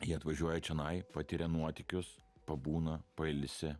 jie atvažiuoja čionai patiria nuotykius pabūna pailsi